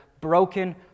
broken